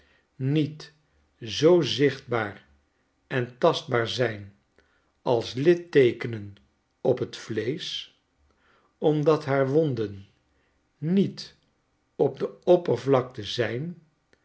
niet zoo zichtbaar en tastbaar zijn als litteekenen op t vleesch omdat naar wonden niet op de oppervlakte zijn